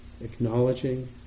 acknowledging